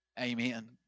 Amen